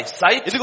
sight